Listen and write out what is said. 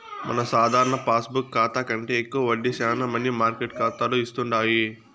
మన సాధారణ పాస్బుక్ కాతా కంటే ఎక్కువ వడ్డీ శానా మనీ మార్కెట్ కాతాలు ఇస్తుండాయి